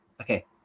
Okay